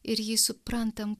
ir jį suprantam